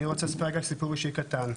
אני רוצה לספר אגב סיפור אישי קטן,